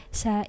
sa